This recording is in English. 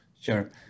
sure